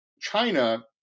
China